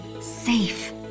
safe